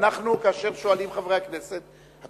כאשר חברי הכנסת שואלים,